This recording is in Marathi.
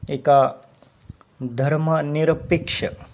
एका धर्मनिरपेक्ष